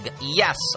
Yes